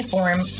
form